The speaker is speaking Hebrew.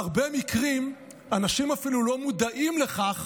בהרבה מקרים אנשים אפילו לא מודעים לכך